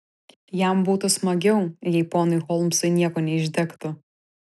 jam būtų smagiau jei ponui holmsui nieko neišdegtų